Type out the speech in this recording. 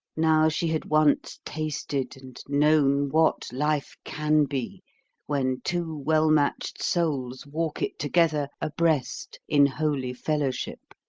now she had once tasted and known what life can be when two well-matched souls walk it together, abreast, in holy fellowship.